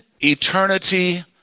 eternity